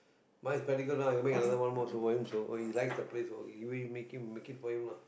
my spectacles ah can make another one more also for him so he likes that place so make him make it for him lah